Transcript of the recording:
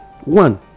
one